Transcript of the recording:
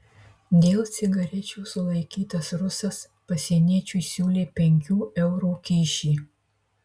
dėl cigarečių sulaikytas rusas pasieniečiui siūlė penkių eurų kyšį